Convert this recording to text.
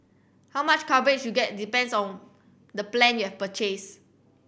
how much coverage you get depends on the plan you've purchase